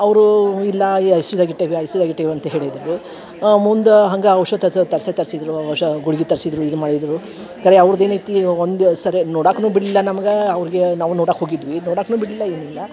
ಅವರು ಇಲ್ಲ ಈ ಐ ಸಿ ಯುದಾಗ ಇಟ್ಟೇವಿ ಐ ಸಿ ಯುದಾಗ ಇಟ್ಟೇವಿ ಅಂತ ಹೇಳಿದರು ಮುಂದೆ ಹಂಗೆ ಔಷಧತ ತರ್ಸೆ ತರ್ಸಿದ್ದರು ಆ ಔಷ ಗುಳ್ಗಿ ತರ್ಸಿದ್ದರು ಇದು ಮಾಡಿದ್ದರು ಖರೆ ಆವ್ರ್ಡ ಏನೈತಿ ಈಗ ಒಂದು ಸರೆ ನೋಡಾಕ್ನು ಬಿಡಲಿಲ್ಲ ನಮ್ಗ ಅವರಿಗೆ ನಾವು ನೋಡಾಕೆ ಹೋಗಿದ್ವಿ ನೋಡಾಕ್ನು ಬಿಡಲಿಲ್ಲ ಏನು ಇಲ್ಲ